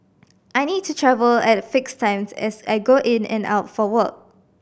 I need to travel at fixed times as I go in and out for work